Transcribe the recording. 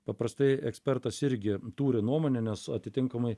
paprastai ekspertas irgi turi nuomonę nes atitinkamai